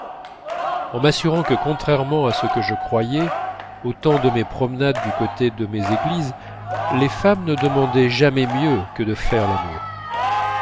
en m'assurant que contrairement à ce que je croyais au temps de mes promenades du côté de méséglise les femmes ne demandaient jamais mieux que de faire l'amour